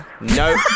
No